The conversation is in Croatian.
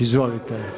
Izvolite.